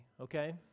okay